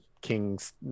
King's